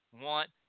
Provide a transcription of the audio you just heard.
want